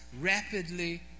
rapidly